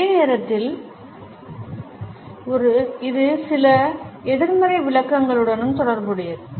அதே நேரத்தில் இது சில எதிர்மறை விளக்கங்களுடனும் தொடர்புடையது